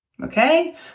Okay